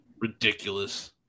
ridiculous